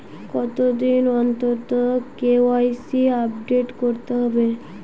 কতদিন অন্তর KYC update করতে হবে?